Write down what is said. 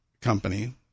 company